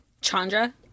Chandra